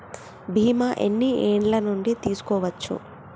బీమా ఎన్ని ఏండ్ల నుండి తీసుకోవచ్చు?